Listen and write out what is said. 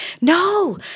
no